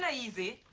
ah easy?